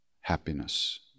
happiness